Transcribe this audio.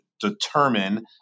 determine